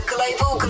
Global